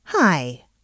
Hi